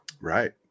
right